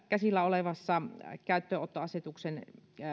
käsillä olevassa käyttöönottoasetuksen